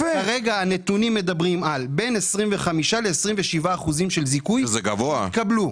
כרגע הנתונים מדברים על בין 25% ל- 27% של זיכוי שהתקבלו.